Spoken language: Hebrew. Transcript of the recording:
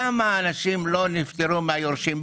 כמה אנשים לא נפטרו מהיורשים?